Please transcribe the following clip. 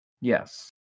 Yes